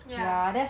ya